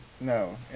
No